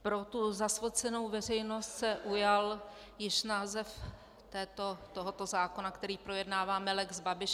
Pro tu zasvěcenou veřejnost se ujal již název tohoto zákona, který projednáváme, lex Babiš.